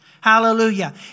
Hallelujah